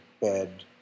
bed